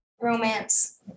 romance